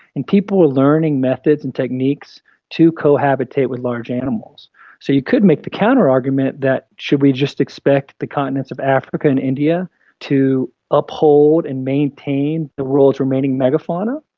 and people are learning methods and techniques to cohabitate with large animals so you could make the counter argument that should we just expect the continents of africa and india to uphold and maintain the world's remaining mega-fauna?